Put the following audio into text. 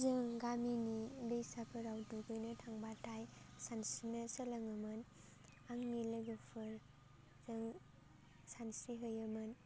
जों गामिनि दैसाफोराव दुगैनो थांबाथाय सानस्रिनो सोलोङोमोन आंनि लोगोफोरजों सानस्रि हैयोमोन